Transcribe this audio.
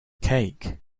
cake